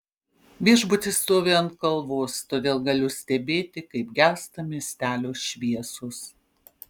viešbutis stovi ant kalvos todėl galiu stebėti kaip gęsta miestelio šviesos